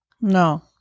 No